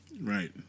Right